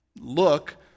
look